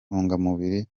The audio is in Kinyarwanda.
intungamubiri